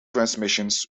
transmissions